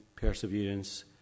perseverance